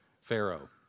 Pharaoh